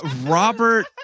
Robert